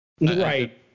Right